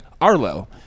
Arlo